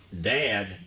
Dad